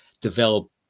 develop